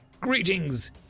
greetings